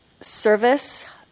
service